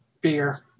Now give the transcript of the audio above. Beer